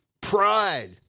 pride